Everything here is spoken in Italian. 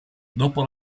dopo